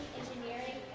engineering,